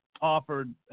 offered